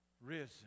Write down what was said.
risen